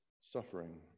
suffering